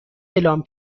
اعلام